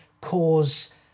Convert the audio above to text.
cause